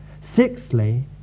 Sixthly